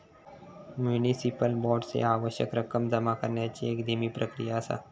municipal bonds ह्या आवश्यक रक्कम जमा करण्याची एक धीमी प्रक्रिया असा